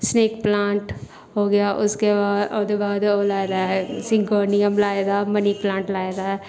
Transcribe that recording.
snack plant हो गया उसके बाद ओह्दे बाद ओह् लाए दा ऐ सीगोनीयम लाए दा ऐ मनी प्लांट लाए दा ऐ